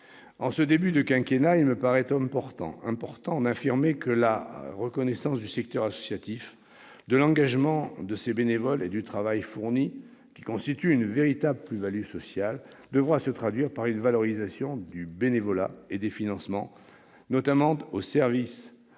En ce début de quinquennat, il me paraît important d'affirmer que la reconnaissance du secteur associatif, de l'engagement de ses bénévoles et du travail fourni, qui constitue une véritable plus-value sociale, devra se traduire par une valorisation du bénévolat et des financements, notamment au service de